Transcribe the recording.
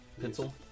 pencil